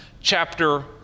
chapter